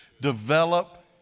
Develop